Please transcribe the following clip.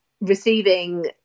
receiving